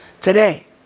Today